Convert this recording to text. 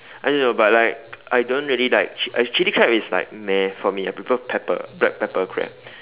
I don't know but like I don't really like ch~ chili crab is like meh for me I prefer pepper black pepper crab